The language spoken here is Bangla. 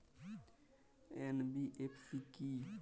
এন.বি.এফ.সি কী?